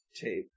tape